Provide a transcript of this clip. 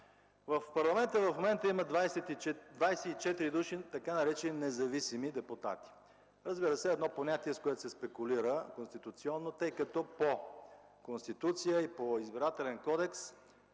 В парламента в момента има 24 души, така наречени независими депутати. Това е едно понятие, с което се спекулира конституционно, тъй като по Конституция и по Избирателен кодекс